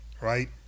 Right